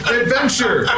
adventure